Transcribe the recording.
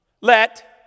let